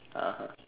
(uh huh)